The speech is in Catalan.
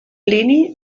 plini